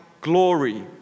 glory